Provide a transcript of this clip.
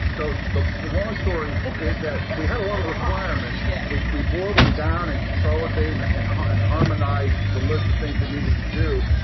so the the long story is that we had a lot of requirements. yeah we we boiled them down and consolidated them and harmonized the list of things we needed to do.